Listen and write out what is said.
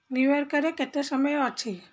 ନ୍ୟୁୟର୍କରେ କେତେ ସମୟ ଅଛି